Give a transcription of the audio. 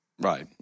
Right